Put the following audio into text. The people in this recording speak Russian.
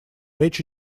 речь